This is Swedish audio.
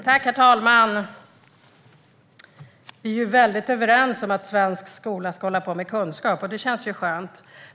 Herr talman! Vi är helt överens om att svensk skola ska ägna sig åt kunskap, och det känns skönt.